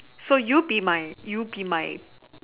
so you'll be my you'll be my